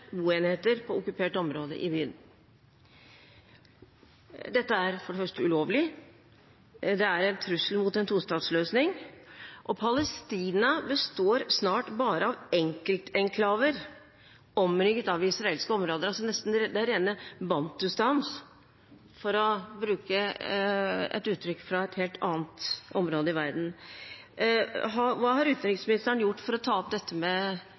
på okkupert område i byen. Dette er for det første ulovlig, det er en trussel mot en tostatsløsning, og Palestina består snart bare av enkeltenklaver omringet av israelske områder – det er rene bantustaner, for å bruke et uttrykk fra et helt annet område i verden. Hva har utenriksministeren gjort for å ta opp dette med